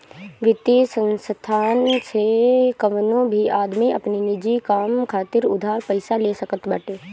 वित्तीय संस्थान से कवनो भी आदमी अपनी निजी काम खातिर उधार पईसा ले सकत बाटे